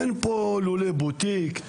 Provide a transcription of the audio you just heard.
אין כאן לולי בוטיק,